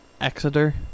Exeter